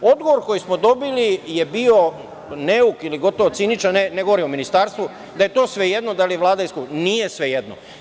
Odgovor koji smo dobili je bio neuk ili gotovo ciničan, ne govorim o ministarstvu, da je to svejedno da li je Vlada…, nije svejedno.